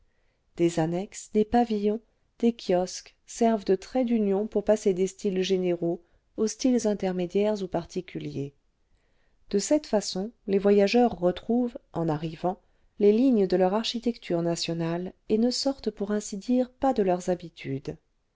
des annexes des pavillons des kiosques servent de traits d'union pour passer des styles généraux aux styles intermédiaires ou particuliers de cette façon les voyageurs retrouvent en arrivant les lignes de leur architecture architecture et ne sortent pour ainsi dire pas de leurs habitudes